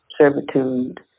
servitude